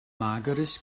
mageres